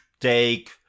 take